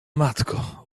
matko